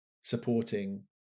supporting